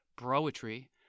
Broetry